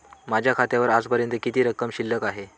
माझ्या खात्यावर आजपर्यंत किती रक्कम शिल्लक आहे?